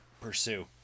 pursue